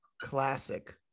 Classic